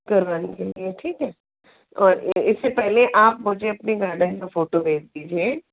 करवा देंगे ठीक है और इससे पहले आप मुझे गार्डन का फ़ोटो भेज दीजिए